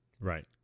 Right